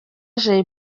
jay